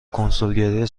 کنسولگری